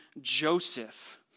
Joseph